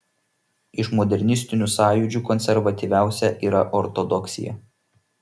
iš modernistinių sąjūdžių konservatyviausia yra ortodoksija